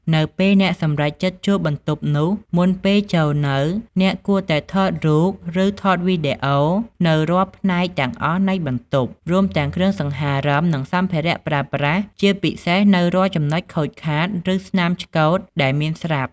នៅពេលអ្នកសម្រេចចិត្តជួលបន្ទប់នោះ មុនពេលចូលនៅ អ្នកគួរតែថតរូប ឬថតវីដេអូនូវរាល់ផ្នែកទាំងអស់នៃបន្ទប់ រួមទាំងគ្រឿងសង្ហារឹម និងសម្ភារៈប្រើប្រាស់ ជាពិសេសនូវរាល់ចំណុចខូចខាត ឬស្នាមឆ្កូតដែលមានស្រាប់។